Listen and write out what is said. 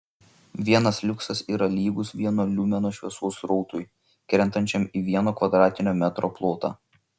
vienas liuksas yra lygus vieno liumeno šviesos srautui krentančiam į vieno kvadratinio metro plotą